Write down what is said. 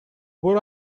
برو